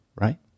right